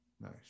Nice